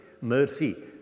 Mercy